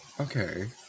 okay